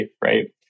Right